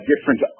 different